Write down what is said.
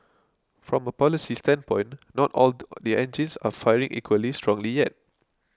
from a policy standpoint not all the engines are firing equally strongly yet